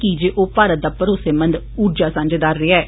कीजे ओह् भारत दा भरोसेमंद उर्जा सांझेदार रेहा ऐ